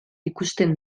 ikusten